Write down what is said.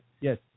Yes